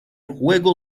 juego